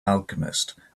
alchemist